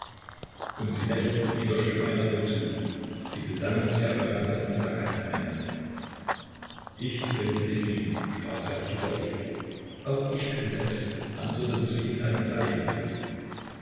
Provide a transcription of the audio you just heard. und sie lächelten wieder stumm einander zu sie besannen sich aufeinander und erkannten einander ich könnte dich lieben sprach sein tiefer blick auch ich könnte es antwortete sie mit einem gleichen blick